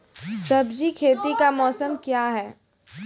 सब्जी खेती का मौसम क्या हैं?